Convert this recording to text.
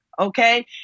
Okay